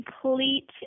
complete